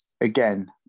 again